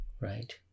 right